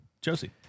Josie